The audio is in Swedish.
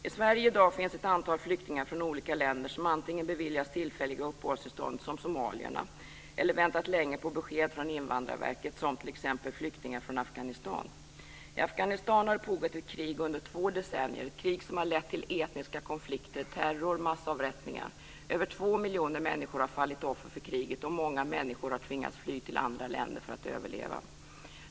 I Sverige finns i dag ett antal flyktingar från olika länder som antingen beviljas tillfälliga uppehållstillstånd, som somalierna, eller som väntat länge på besked från Invandrarverket, som t.ex. flyktingar från Afghanistan. I Afghanistan har det pågått ett krig under två decennier - ett krig som har lett till etniska konflikter, terror och massavrättningar, och över 2 miljoner människor har fallit offer för kriget och många människor har tvingats fly till andra länder för att överleva.